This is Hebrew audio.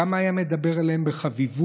כמה היה מדבר אליהם בחביבות,